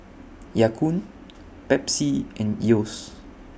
Ya Kun Pepsi and Yeo's